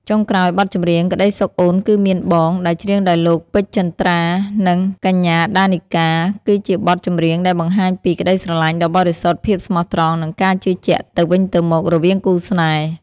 ចុងក្រោយ បទចម្រៀង ក្តីសុខអូនគឺមានបង ដែលច្រៀងដោយលោក ពេជ្រ ជេត្រា និងកញ្ញា ដា នីកា គឺជាបទចម្រៀងដែលបង្ហាញពី ក្តីស្រឡាញ់ដ៏បរិសុទ្ធ ភាពស្មោះត្រង់ និងការជឿជាក់ទៅវិញទៅមក រវាងគូស្នេហ៍។